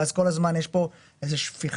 ואז כל הזמן יש פה איזו זליגה,